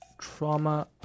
Trauma